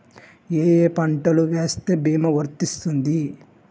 ఏ ఏ పంటలు వేస్తే భీమా వర్తిస్తుంది?